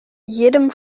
jedem